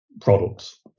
products